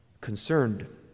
concerned